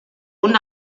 und